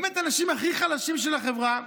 באמת האנשים הכי חלשים של החברה,